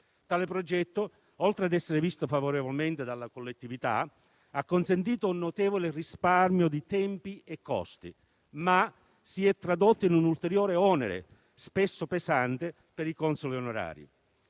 Tale progetto, oltre ad essere visto favorevolmente dalla collettività, ha consentito un notevole risparmio di tempi e costi, ma si è tradotto in un ulteriore onere, spesso pesante, per i consoli onorari.